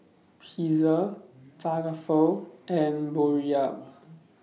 Pizza Falafel and Boribap